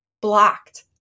blocked